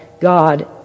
God